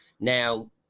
Now